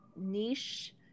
niche